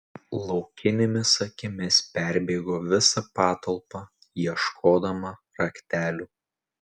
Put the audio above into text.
laukinėmis akimis perbėgo visą patalpą ieškodama raktelių